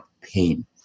pain